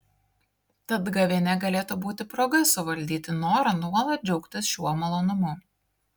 tad gavėnia galėtų būti proga suvaldyti norą nuolat džiaugtis šiuo malonumu